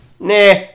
Nah